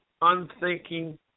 unthinking